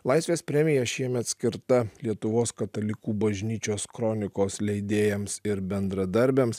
laisvės premija šiemet skirta lietuvos katalikų bažnyčios kronikos leidėjams ir bendradarbiams